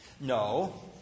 No